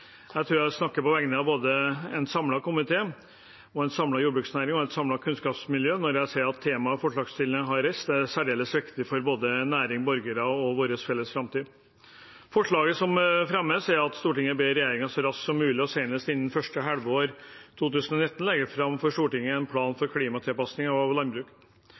Jeg tror jeg snakker på vegne av en samlet komité, en samlet jordbruksnæring og et samlet kunnskapsmiljø når jeg sier at temaet forslagsstillerne har reist, er særdeles viktig for både næring, borgere og vår felles framtid. Forslaget som fremmes, er at Stortinget ber regjeringen så raskt som mulig, og senest innen første halvår 2019, legge fram for Stortinget en plan for